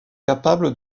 capable